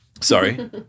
Sorry